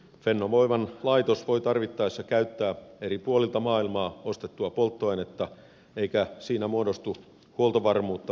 fennovoiman laitos voi tarvittaessa käyttää eri puolilta maailmaa ostettua polttoainetta eikä siinä muodostu huoltovarmuutta vaarantavaa riippuvuutta